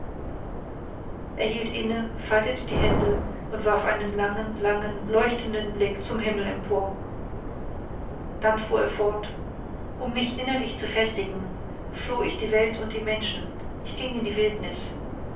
hielt inne faltete die hände und warf einen langen langen leuchtenden blick zum himmel empor dann fuhr er fort um mich innerlich zu festigen floh ich die welt und die menschen ich ging in die wildnis